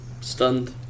stunned